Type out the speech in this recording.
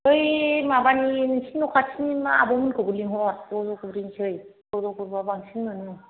बै माबानि नोंसिनि न' खाथिनि आबमोनखौबो लिंहर ज' ज' गुरहैसै ज' ज' गुरबा बांसिन मोनो